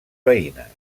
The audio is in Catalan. veïnes